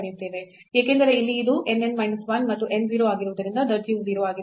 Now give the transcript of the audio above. ಏಕೆಂದರೆ ಇಲ್ಲಿ ಇದು n n minus 1 ಮತ್ತು n 0 ಆಗಿರುವುದರಿಂದ ದರ್ಜೆಯು 0 ಆಗಿದೆ